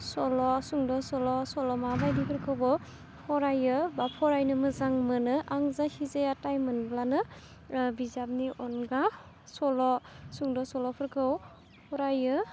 सल' सुंद' सल' सल'मा बायदिफोरखौबो फरायो बा फरायनो मोजां मोनो आं जायखिजाया टाइम मोनब्लानो बिजाबनि अनगा सल' सद' सल'फोरखौ फरायो